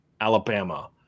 Alabama